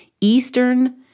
Eastern